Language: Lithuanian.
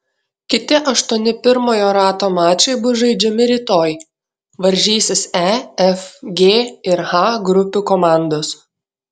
kiti aštuoni pirmojo rato mačai bus žaidžiami rytoj varžysis e f g ir h grupių komandos